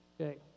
Okay